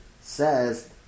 says